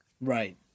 Right